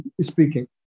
speaking